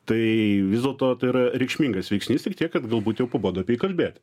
tai vis dėlto tai yra reikšmingas veiksnys ir tiek kad galbūt jau pabodo kalbėt